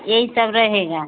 यही सब रहेगा